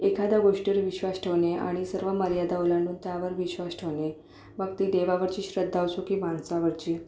एखाद्या गोष्टीवर विश्वास ठेवणे आणि सर्व मर्यादा ओलांडून त्यावर विश्वास ठेवणे मग ती देवावरची श्रद्धा असू की माणसावरची